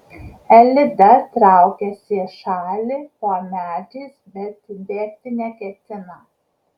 elida traukiasi į šalį po medžiais bet bėgti neketina